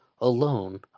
alone